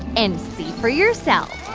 and see for yourself